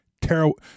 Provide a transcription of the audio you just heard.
terrible